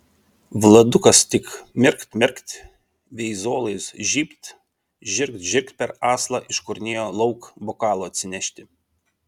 vladukas tik mirkt mirkt veizolais žybt žirgt žirgt per aslą iškurnėjo lauk bokalo atsinešti